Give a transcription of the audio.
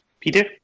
Peter